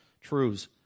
truths